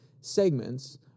segments